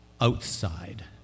outside